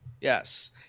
Yes